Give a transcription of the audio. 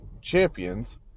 champions